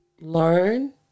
learn